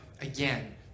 again